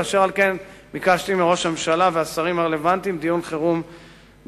ואשר על כן ביקשתי מראש הממשלה והשרים הרלוונטיים דיון חירום בממשלה.